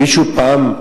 מישהו פעם,